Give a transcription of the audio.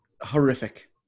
horrific